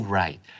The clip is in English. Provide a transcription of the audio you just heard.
right